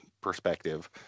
perspective